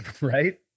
Right